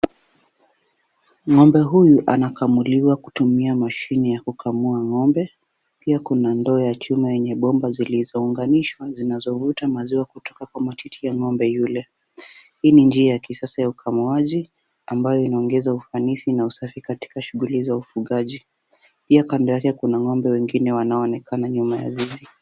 Ng'ombe huyu anakamuliwa kwa kutumia mashine ya kukamua ng'ombe, pia kuna bomba zilizounganishwa na zinavuta maziwa kutoka kwenye matiti ya ng'ombe. Hii ni njia ya kisasa ya ukamuaji ambayo inaongeza usafi na ufanisi katika shughuli za ufugaji. Kando yake, kuna ng'ombe wengine ambao wanaonekana wazi.